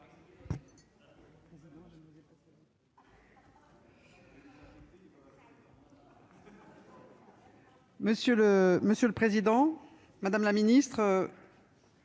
Monsieur le président, madame la ministre,